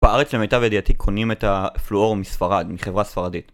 בארץ למיטב ידיעתי קונים את הפלואור מספרד, מחברה ספרדית